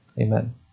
Amen